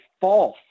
false